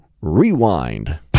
Rewind